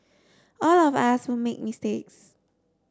all of us will make mistakes